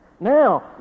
Now